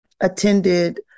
attended